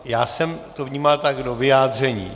Já jsem to vnímal tak do vyjádření.